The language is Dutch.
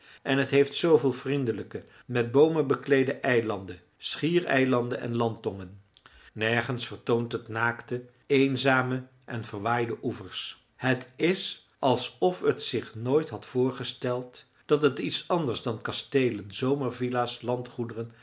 en het heeft zooveel vriendelijke met boomen bekleede eilanden schiereilanden en landtongen nergens vertoont het naakte eenzame en verwaaide oevers het is alsof het zich nooit had voorgesteld dat het iets anders dan kasteelen zomervilla's landgoederen